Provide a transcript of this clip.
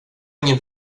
ingen